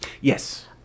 Yes